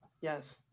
yes